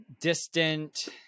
distant